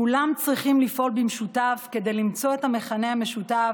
כולם צריכים לפעול במשותף כדי למצוא את המכנה המשותף,